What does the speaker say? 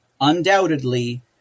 undoubtedly